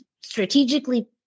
strategically